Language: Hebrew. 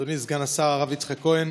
אדוני סגן השר הרב יצחק כהן,